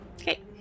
Okay